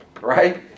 right